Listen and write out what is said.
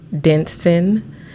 Denson